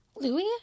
Louis